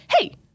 Hey